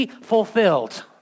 Fulfilled